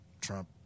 Trump